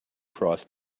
cross